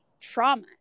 trauma